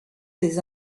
des